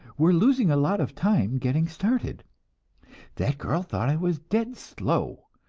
we're losing a lot of time getting started that girl thought i was dead slow.